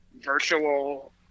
virtual